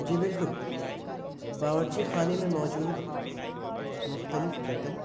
جی بالکل باورچی خانے میں موجود مختلف بٹن